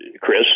Chris